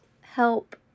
help